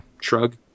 Shrug